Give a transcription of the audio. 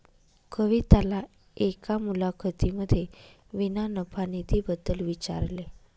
कविताला एका मुलाखतीमध्ये विना नफा निधी बद्दल विचारले